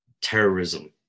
terrorism